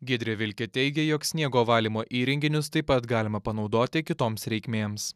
giedrė vilkė teigia jog sniego valymo įrenginius taip pat galima panaudoti kitoms reikmėms